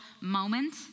moment